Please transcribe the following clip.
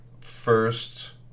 first